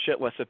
shitless